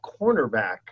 cornerback